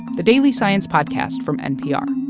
the daily science podcast from npr